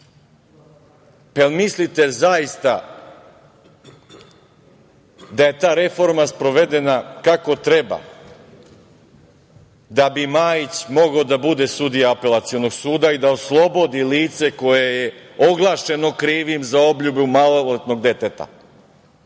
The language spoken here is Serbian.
li mislite zaista da je ta reforma sprovedena kako treba, da bi Majić mogao da bude sudija Apelacionog suda i da oslobodi lice koje je oglašeno krivim za obljubu maloletnog deteta?